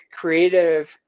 creative